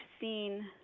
seen